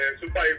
super